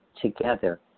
together